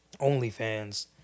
OnlyFans